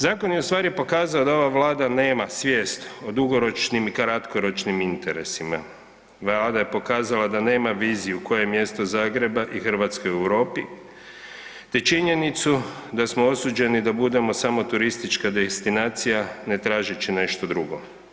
Zakon je ustvari pokazao da ova Vlada nema svijest o dugoročnim i kratkoročnim interesima, Vlada je pokazala da nema viziju koje je mjesto Zagreba i Hrvatske u Europi te činjenicu da smo osuđeni da budemo samo turistička destinacija ne tažeći nešto drugo.